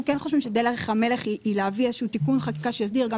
אנחנו כן חושבים שדרך המלך היא להביא איזשהו תיקון חקיקה שיסדיר וגם